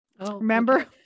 Remember